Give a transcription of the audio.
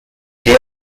der